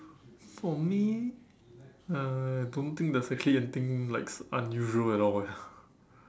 for me I don't think there's actually anything like unusual at all eh